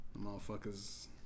motherfuckers